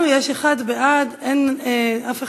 וגם נכתב שלא היה אדם שיבוא ויגן על נתניהו.